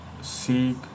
seek